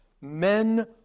men